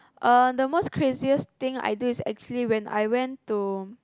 uh the most craziest thing I did is when I went to